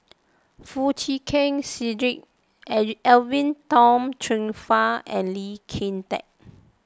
Foo Chee Keng Cedric Edwin Tong Chun Fai and Lee Kin Tat